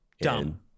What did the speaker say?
Dumb